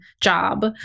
job